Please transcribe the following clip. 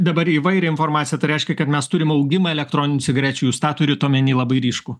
dabar įvairią informaciją tai reiškia kad mes turim augimą elektroninių cigarečių jūs tą turit omeny labai ryškų